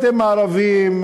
אתם הערבים,